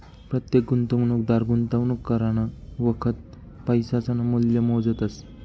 परतेक गुंतवणूकदार गुंतवणूक करानं वखत पैसासनं मूल्य मोजतस